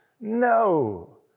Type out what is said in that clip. no